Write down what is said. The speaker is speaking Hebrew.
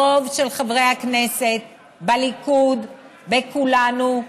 הרוב של חברי הכנסת בליכוד, בכולנו,